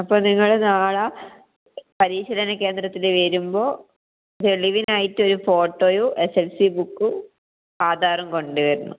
അപ്പം നിങ്ങള് നാളെ പരിശീലന കേന്ദ്രത്തില് വരുമ്പോൾ തെളിവിനായിട്ടൊരു ഫോട്ടോയും എസ് എസ് എൽ സി ബുക്കും ആധാറും കൊണ്ട് വരണം